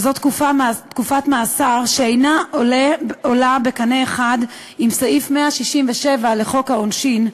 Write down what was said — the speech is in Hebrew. וזו תקופת מאסר שאינה עולה בקנה אחד עם סעיף 167 לחוק העונשין,